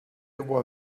were